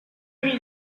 mille